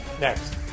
next